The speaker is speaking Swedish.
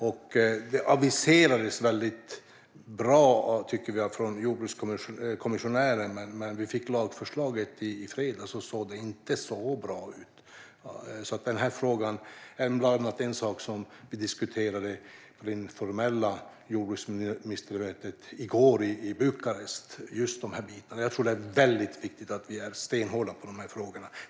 Det aviserades väldigt bra från jordbrukskommissionären, men när vi fick lagförslaget i fredags såg det inte så bra ut. Denna fråga är en av de saker som vi diskuterade på det informella jordbruksministermötet i går i Bukarest. Jag tror att det är väldigt viktigt att vi är stenhårda i dessa frågor.